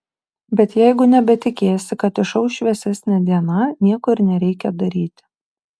bet jeigu nebetikėsi kad išauš šviesesnė diena nieko ir nereikia daryti